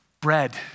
bread